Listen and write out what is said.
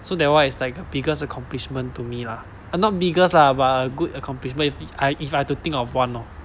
so that [one] is like the biggest accomplishment to me lah uh not biggest lah but a good accomplishment if I if I have to think of one lor